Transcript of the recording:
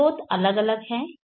स्रोत अलग अलग हैं